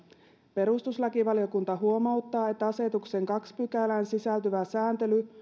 perustuslakivaliokunta huomauttaa että asetuksen toiseen pykälään sisältyvä sääntely